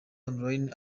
online